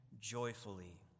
joyfully